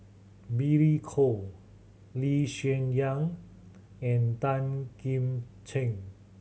Billy Koh Lee Hsien Yang and Tan Kim Ching